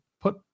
put